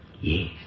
Yes